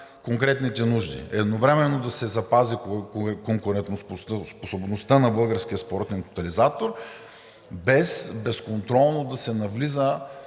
конкретните нужди – едновременно да се запази конкурентоспособността на Българския спортен тотализатор, без безконтролно да се навлиза